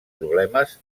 problemes